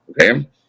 Okay